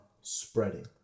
spreading